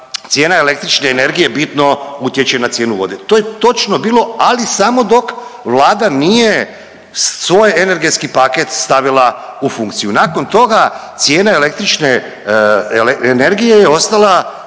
cijena električne energije bitno utječe na cijenu vode. To je točno bilo, ali samo dok Vlada nije svoj energetski paket stavila u funkciju. Nakon toga, cijena električne energije je ostala